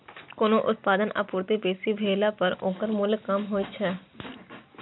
कोनो उत्पादक आपूर्ति बेसी भेला पर ओकर मूल्य कम होइ छै